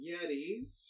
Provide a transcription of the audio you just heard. Yetis